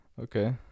Okay